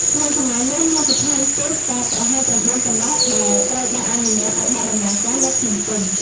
ក្នុងសម័យនោះ មានស្ថានទូតតែប្រហែល ៩ ប៉ុណ្ណោះដែលត្រូវបានអនុញ្ញាតឱ្យបើកដំណើរការនៅភ្នំពេញ។